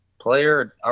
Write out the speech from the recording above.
player